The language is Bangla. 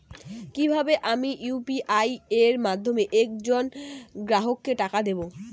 কিভাবে আমি ইউ.পি.আই এর মাধ্যমে এক জন গ্রাহককে টাকা দেবো?